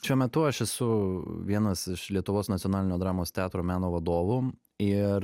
šiuo metu aš esu vienas iš lietuvos nacionalinio dramos teatro meno vadovų ir